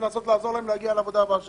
ולנסות לעזור להם להגיע לעבודה הבאה שלהם.